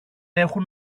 έχουν